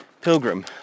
pilgrim